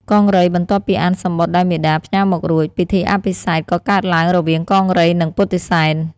កង្រីបន្ទាប់ពីអានសំបុត្រដែលមាតាផ្ញើមករួច ពិធីអភិសេកក៏កើតឡើងរវាងកង្រីនិងពុទ្ធិសែន។